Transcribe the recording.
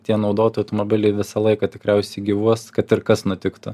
tie naudoti automobiliai visą laiką tikriausiai gyvuos kad ir kas nutiktų